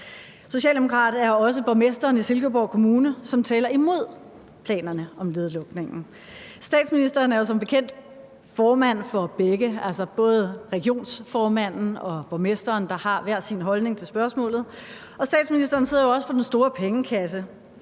Socialdemokrat er også borgmesteren i Silkeborg Kommune, som taler imod planerne om nedlukningen. Statsministeren er som bekendt formand for begge, altså både regionsrådsformanden og borgmesteren, der har hver sin holdning til spørgsmålet, og statsministeren sidder jo også på den store pengekasse.